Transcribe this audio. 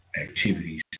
activities